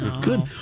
good